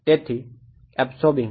તેથી અબ્સોર્બિંગ